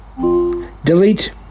Delete